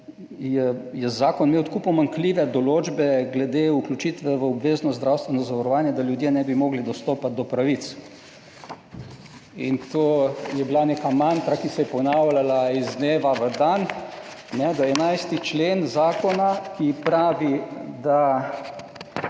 je zakon imel tako pomanjkljive določbe glede vključitve v obvezno zdravstveno zavarovanje, da ljudje ne bi mogli dostopati do pravic in to je bila neka mantra, ki se je ponavljala iz dneva v dan, da 11. člen zakona, ki pravi da,